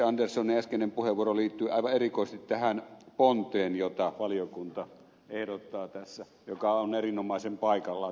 anderssonin äskeinen puheenvuoro liittyi aivan erikoisesti tähän ponteen jota valiokunta ehdottaa tässä joka on erinomaisen paikallaan